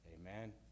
Amen